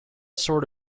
sort